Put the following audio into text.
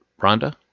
Rhonda